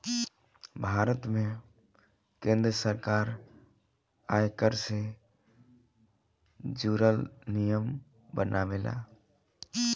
भारत में केंद्र सरकार आयकर से जुरल नियम बनावेला